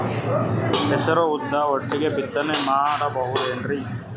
ಹೆಸರು ಉದ್ದು ಒಟ್ಟಿಗೆ ಬಿತ್ತನೆ ಮಾಡಬೋದೇನ್ರಿ?